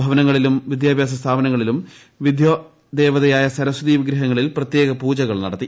ഭവനങ്ങളിലും വിദ്യഭ്യാസ സ്ഥാപനങ്ങളിലും വിദ്യാദേവതയായ സരസ്വതി വിഗ്രഹങ്ങളിൽ പ്രത്യേക പൂജകൾ നടത്തി